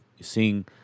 seeing